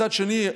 מצד שני,